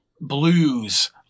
blues